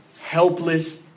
helpless